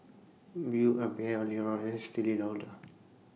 Build A Bear L'Oreal and Estee Lee Lauder